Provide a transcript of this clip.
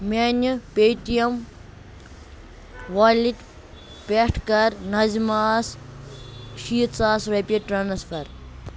میٛانہِ Paytm wallet پٮ۪ٹھ کَر ناظِما ہَس شیٖتھ ساس رۄپیہِ ٹرٛانسفر